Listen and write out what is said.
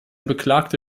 beklagte